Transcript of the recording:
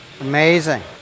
amazing